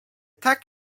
tak